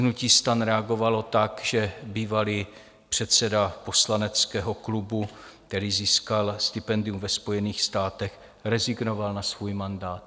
Hnutí STAN reagovalo tak, že bývalý předseda poslaneckého klubu, který získal stipendium ve Spojených státech, rezignoval na svůj mandát.